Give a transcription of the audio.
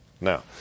Now